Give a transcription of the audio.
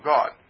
God